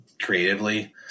creatively